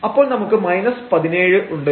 അപ്പോൾ നമുക്ക് 17 ഉണ്ട്